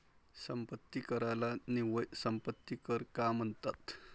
संपत्ती कराला निव्वळ संपत्ती कर का म्हणतात?